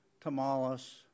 Tamales